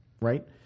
right